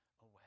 away